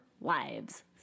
lives